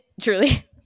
truly